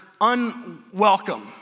unwelcome